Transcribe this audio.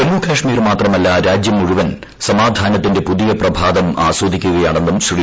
ജമ്മുകാശ്മീർ മാത്രമല്ല രാജ്യം മുഴുവൻ സാമാധാനത്തിന്റെ പുതിയ പ്രഭാതം ആസ്വദിക്കുകയാണെന്നും ശ്രീ